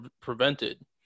prevented